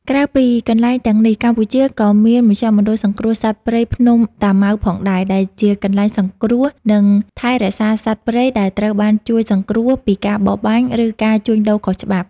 ក្រៅពីកន្លែងទាំងនេះ កម្ពុជាក៏មាន មជ្ឈមណ្ឌលសង្គ្រោះសត្វព្រៃភ្នំតាម៉ៅផងដែរ ដែលជាកន្លែងសង្គ្រោះ និងថែរក្សាសត្វព្រៃដែលត្រូវបានជួយសង្គ្រោះពីការបរបាញ់ ឬការជួញដូរខុសច្បាប់។